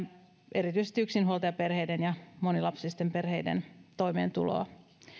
erityisesti yksinhuoltajaperheiden ja monilapsisten perheiden toimeentuloa